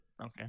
Okay